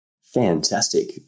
Fantastic